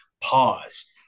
pause